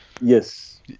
Yes